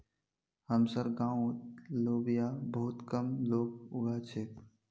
हमसार गांउत लोबिया बहुत कम लोग उगा छेक